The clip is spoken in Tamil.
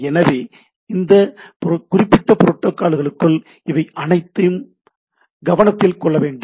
எனவே அந்த குறிப்பிட்ட புரோட்டோகால்களுக்குள் இதையும் கவனத்தில் கொள்ள வேண்டும்